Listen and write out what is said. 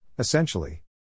Essentially